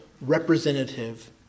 representative